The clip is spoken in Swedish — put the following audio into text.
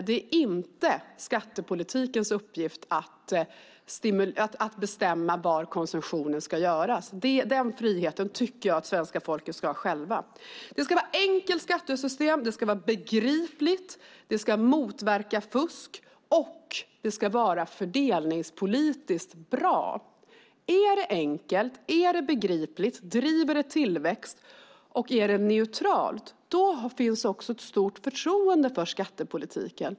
Det är inte skattepolitikens uppgift att bestämma var konsumtionen ska göras. Den friheten tycker jag att svenska folket ska ha själva. Det ska vara ett enkelt skattesystem, och det ska vara begripligt. Det ska motverka fusk, och det ska vara fördelningspolitiskt bra. Är det enkelt, begripligt och neutralt samt driver tillväxt finns också ett stort förtroende för skattepolitiken.